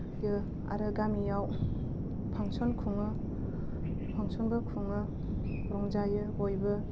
यो आरो गामियाव फांसन खुङो फांसन बो खुङो रंजायो बयबो